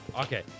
Okay